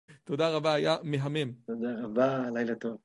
תודה רבה, היה מהמם. תודה רבה, לילה טוב.